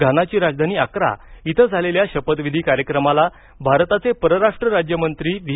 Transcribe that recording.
घानाची राजधानी आक्रा इथं झालेल्या शपथविधी कार्यक्रमाला भारताचे परराष्ट्र राज्य मंत्री व्ही